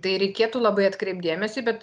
tai reikėtų labai atkreipt dėmesį bet